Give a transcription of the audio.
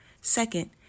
Second